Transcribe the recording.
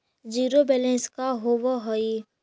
Zero balance का होव हइ?